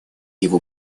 его